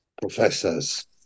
professors